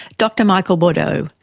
dr michael bourdeaux,